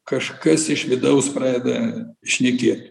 kažkas iš vidaus pradeda šnekėt